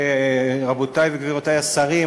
רבותי וגבירותי השרים,